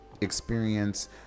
experience